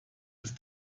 ist